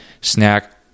snack